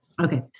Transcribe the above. Okay